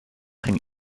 ging